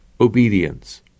obedience